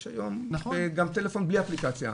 יש היום גם טלפון בלי אפליקציה,